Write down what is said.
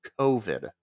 COVID